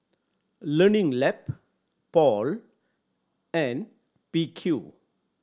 Learning Lab Paul and P Q